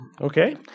okay